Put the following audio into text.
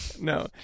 No